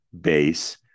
base